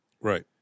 Right